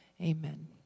amen